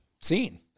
seen